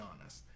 honest